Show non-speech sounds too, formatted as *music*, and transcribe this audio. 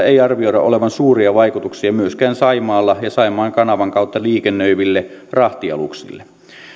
*unintelligible* ei arvioida olevan suuria vaikutuksia myöskään saimaalla ja saimaan kanavan kautta liikennöiville rahtialuksille